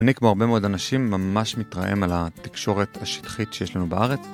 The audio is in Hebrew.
אני כמו הרבה מאוד אנשים ממש מתרעם על התקשורת השטחית שיש לנו בארץ.